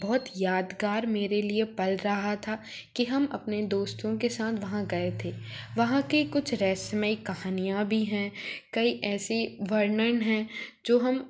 बहुत यादगार मेरे लिए पल रहा था कि हम अपने दोस्तों के साथ वहाँ गये हुए थे वहाँ के कुछ रहस्यमय कहानियाँ भी है कई ऐसी वर्णन है जो हम